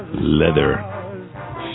leather